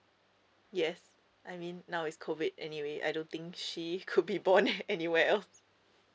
yes I mean now it's COVID anyway I don't think she she could be born anywhere else